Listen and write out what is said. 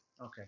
Okay